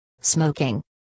smoking